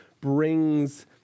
brings